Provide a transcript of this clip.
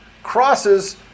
crosses